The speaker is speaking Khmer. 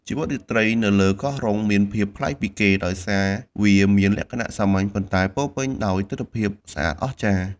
ជីវិតរាត្រីនៅលើកោះរ៉ុងមានភាពប្លែកពីគេ ដោយសារវាមានលក្ខណៈសាមញ្ញ ប៉ុន្តែពោរពេញដោយទិដ្ឋភាពស្អាតអស្ចារ្យ។